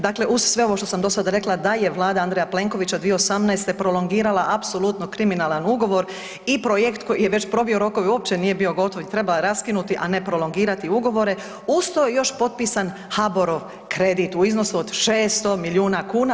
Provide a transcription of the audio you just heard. Dakle, uz sve ovo što sam dosada rekla da je Vlada Andreja Plenkovića 2018. prolongirala apsolutno kriminalan ugovor i projekt koji je već probio rokove uopće nije bio gotov i trebala je raskinuti, a ne prologirati ugovore, uz to još potpisan HABOR-ov kredit u iznosu od 600 miliona kuna.